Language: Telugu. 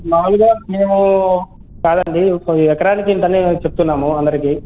మాములుగా మేము కాదండి ఏకరానికి ఇంతనే చెప్తున్నాము అందరికీ